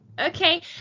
okay